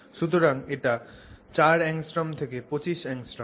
সুতরাং এটা 4 angstroms থেকে 25 angstroms